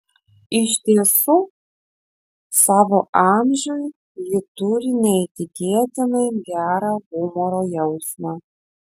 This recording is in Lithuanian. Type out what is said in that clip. iš tiesų savo amžiui ji turi neįtikėtinai gerą humoro jausmą